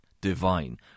divine